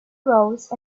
rose